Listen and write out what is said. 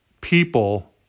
people